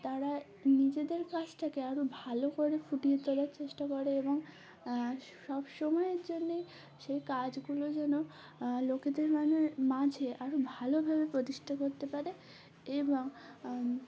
তারা নিজেদের কাজটাকে আরও ভালো করে ফুটিয়ে তোলার চেষ্টা করে এবং সব সময়ের জন্যেই সেই কাজগুলো যেন লোকেদের ম মাঝে আরও ভালোভাবে প্রতিষ্ঠা করতে পারে এবং